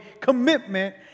commitment